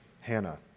Hannah